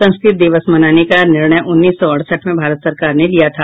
संस्कृत दिवस मनाने का निर्णय उन्नीस सौ अड़सठ में भारत सरकार ने लिया था